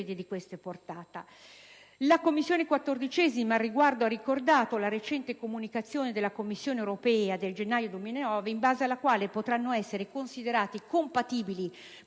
14a, Commissione ha ricordato la recente comunicazione della Commissione europea del gennaio 2009, in base alla quale potranno essere considerati compatibili con il mercato